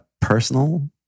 personal